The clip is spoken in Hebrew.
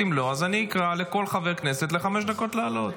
אם לא, אז אני אקרא לכל חבר כנסת לחמש דקות לעלות.